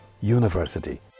University